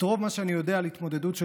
את רוב מה שאני יודע על ההתמודדויות של